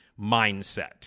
mindset